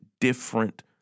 different